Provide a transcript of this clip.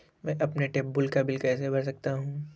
मैं अपने ट्यूबवेल का बिल कैसे भर सकता हूँ?